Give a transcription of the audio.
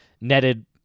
netted